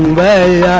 way